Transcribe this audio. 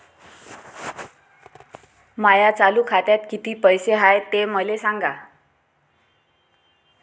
माया चालू खात्यात किती पैसे हाय ते मले सांगा